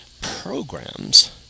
programs